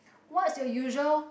what's your usual